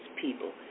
people